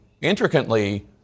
intricately